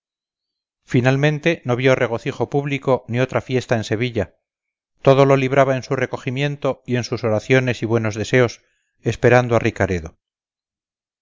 finalmente no vio regocijo público ni otra fiesta en sevilla todo lo libraba en su recogimiento y en sus oraciones y buenos deseos esperando a ricaredo